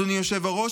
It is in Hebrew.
אדוני היושב-ראש,